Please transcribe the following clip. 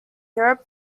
europe